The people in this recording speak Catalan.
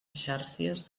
xàrcies